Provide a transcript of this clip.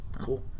cool